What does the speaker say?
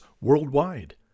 worldwide